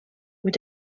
were